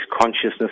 consciousness